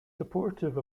supportive